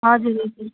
हजुर हजुर